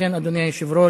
לכן, אדוני היושב-ראש,